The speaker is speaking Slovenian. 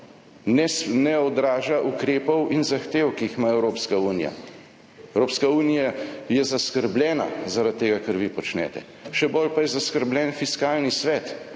ne odraža ukrepov in zahtev, ki jih ima Evropska unija. Evropska unija je zaskrbljena zaradi tega, kar vi počnete, še bolj pa je zaskrbljen Fiskalni svet,